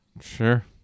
Sure